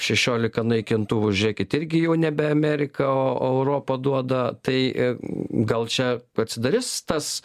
šešiolika naikintuvų žiūrėkit irgi jau nebe amerikao europa duoda tai gal čia atsidarys tas